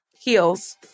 Heels